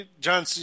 John